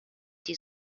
die